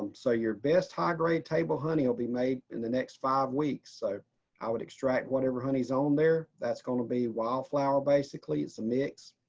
um so your best high grade table honey will be made in the next five weeks. so i would extract whatever honey s on there, that's going to be wildflower basically it's a mix,